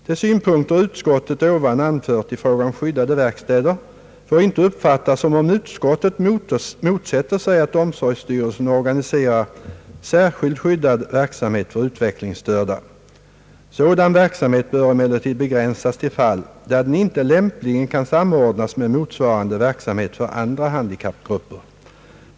De synpunkter utskottet ovan anfört i fråga om skyddade verkstäder får inte uppfattas som om utskottet motsätter sig att omsorgsstyrelserna organiserar särskild skyddad verksamhet för utvecklingsstörda. Sådan verksamhet bör emellertid begränsas till fall där den inte lämpligen kan samordnas med motsvarande verksamhet för andra handikappgrupper.